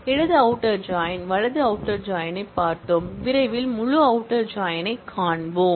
இடது outer join வலது outer join ஐப் பார்த்தோம் விரைவில் முழு அவுட்டர் ஜாயின் ஐக் காண்போம்